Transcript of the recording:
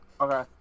Okay